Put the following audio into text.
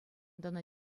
тӑнӑ